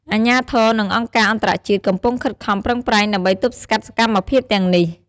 អាជ្ញាធរ និងអង្គការអន្តរជាតិកំពុងខិតខំប្រឹងប្រែងដើម្បីទប់ស្កាត់សកម្មភាពទាំងនេះ។